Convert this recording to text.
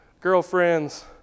girlfriends